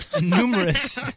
numerous-